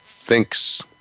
thinks